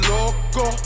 Loco